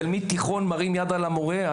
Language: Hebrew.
תלמיד תיכון מרים יד על המורה,